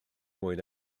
mwyn